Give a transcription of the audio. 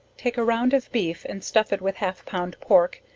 take a round of beeps and stuff it with half pound pork,